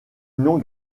non